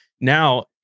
now